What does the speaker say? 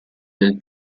del